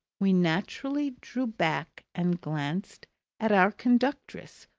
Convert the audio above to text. we naturally drew back and glanced at our conductress,